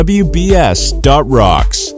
wbs.rocks